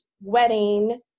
wedding